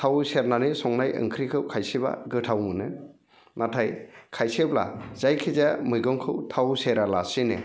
थाव सेरनानै संनाय ओंख्रिखौ खायसेबा गोथाव मोनो नाथाय खायसेब्ला जायखि जाया मैगंखौ थाव सेरालासिनो